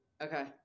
Okay